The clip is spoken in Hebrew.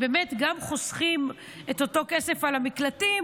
באמת גם חוסכים את אותו כסף על המקלטים,